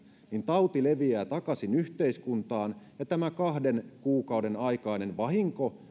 tauti leviää takaisin yhteiskuntaan ja tämä kahden kuukauden aikainen vahinko